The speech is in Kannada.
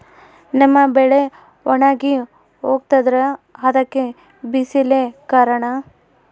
ನಮ್ಮ ಬೆಳೆ ಒಣಗಿ ಹೋಗ್ತಿದ್ರ ಅದ್ಕೆ ಬಿಸಿಲೆ ಕಾರಣನ?